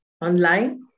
online